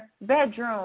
bedroom